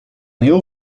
heel